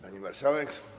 Pani Marszałek!